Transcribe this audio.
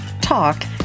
talk